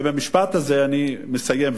ובמשפט הזה אני מסיים,